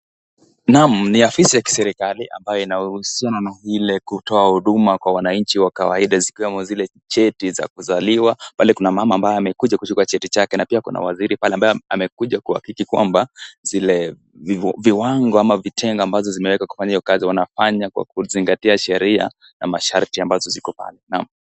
Naam ni afisi ya kiserikali ambayo inahusiana na ile kutoa huduma zikiwemo zile cheti cha kuzaliwa. Pale kuna mama ambaye amekuja kuchukua cheti chake. Na pia kuna waziri pale amekuja kuhakiki kwamba zile viwango ama vitengo ambazo zimewekwa kufanya ile kazi; wanafanya kuzingatia sheria ama masharti ambazo ziko pale.